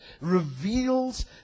reveals